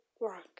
work